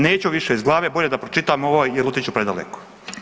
Neću više iz glave, bolje da pročitam ovo jel otiću predaleko.